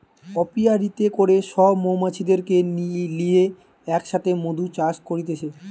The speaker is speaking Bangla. অপিয়ারীতে করে সব মৌমাছিদেরকে লিয়ে এক সাথে মধু চাষ করতিছে